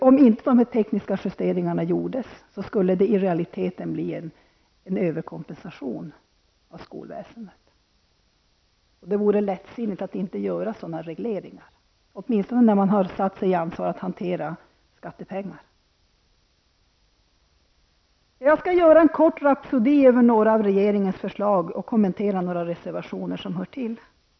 Om dessa tekniska justeringar inte gjordes, skulle det i realiteten bli fråga om en överkompensation av skolväsendet. Det vore lättsinnigt att inte göra sådana här regleringar -- med tanke på att vi har tagit på oss ansvaret för hanteringen av skattepengar. Sedan en kort rapsodi beträffande några av regeringens förslag. Jag skall också kommentera några reservationer i detta sammanhang.